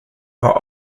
are